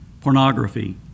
pornography